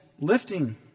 lifting